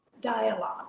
dialogue